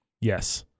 Yes